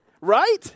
Right